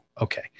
okay